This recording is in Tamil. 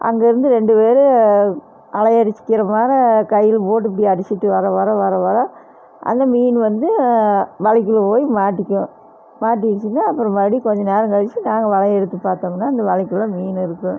அங்கிருந்து ரெண்டு பேர் அலையடித்துக்கிற மாரி கயிறு போட்டு இப்படி அடித்துட்டு வர வர வர வர அந்த மீன் வந்து வலைக்குள்ளே போய் மாட்டிக்கும் மாட்டிக்கிச்சினால் அப்புறம் மறுபடியும் கொஞ்ச நேரம் கழித்து நாங்கள் வலையை எடுத்து பார்த்தோம்னா அந்த வலைக்குள்ளே மீன் இருக்கும்